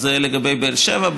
אז זה לגבי באר שבע.